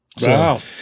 Wow